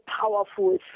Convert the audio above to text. powerful